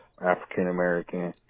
african-american